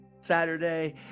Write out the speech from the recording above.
Saturday